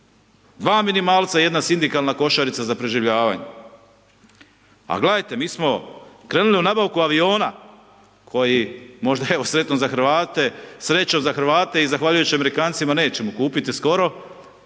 2 minimalca jedna sindikalna košarica za preživljavanje. Ali gledajte, mi smo krenuli u nabavku aviona koji je možda sretan za Hrvate, sreća za Hrvate i zahvaljujući Amerikancima, nećemo kupiti skoro,